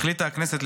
החליטה הכנסת,